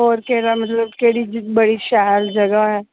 होर केह्ड़ा मतलब केह्ड़ी बड़ी शैल जगह ऐ